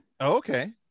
Okay